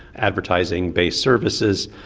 advertising-based services.